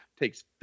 Takes